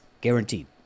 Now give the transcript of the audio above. guaranteed